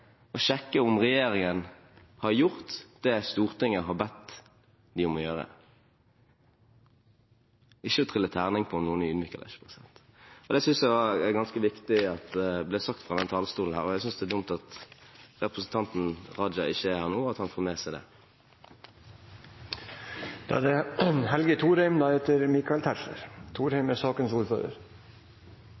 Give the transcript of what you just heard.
å sjekke om regjeringen har gjort det Stortinget har bedt den om å gjøre, ikke å trille terning over om man er ydmyk eller ikke. Det synes jeg er ganske viktig at blir sagt fra denne talerstolen, og jeg synes det er dumt at representanten Raja ikke er her nå, slik at han får det med seg. Jeg vil takke for en god og grundig debatt i en stor sak, som er